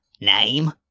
name